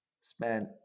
Spent